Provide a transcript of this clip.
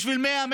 בשביל 100,000,